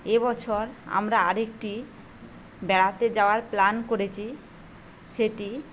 এ বছর আমরা আরেকটি বেড়াতে যাওয়ার প্ল্যান করেছি সেটি